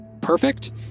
Perfect